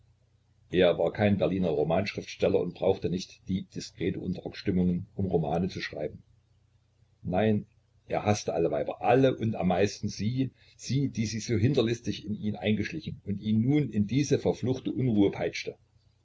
er war kein berliner romanschriftsteller und brauchte nicht die diskreten unterrocksstimmungen um romane zu schreiben nein er haßte alle weiber alle und am meisten sie sie die sich so hinterlistig in ihn eingeschlichen und ihn nun in diese verfluchte unruhe peitschte